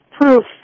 proof